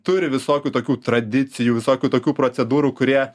turi visokių tokių tradicijų visokių tokių procedūrų kurie